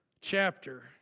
chapter